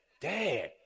Dad